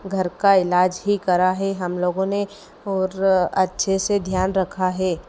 घर का इलाज़ ही करा है हमलोगों ने और अच्छे से ध्यान रखा है